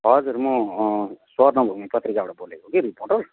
हजुर म अँ स्वर्णभूमि पत्रिकाबाट बोलेको कि रिपोर्टर